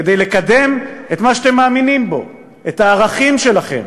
כדי לקדם את מה שאתם מאמינים בו, את הערכים שלכם.